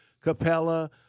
Capella